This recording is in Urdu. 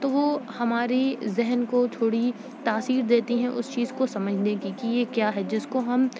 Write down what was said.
تو وہ ہماری ذہن کو تھوڑی تاثیر دیتی ہیں اس کو چیز کو سمجھنے کی کہ یہ کیا ہے جس کو ہم